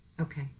Okay